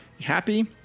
happy